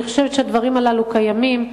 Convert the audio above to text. אני חושבת שהדברים הללו קיימים.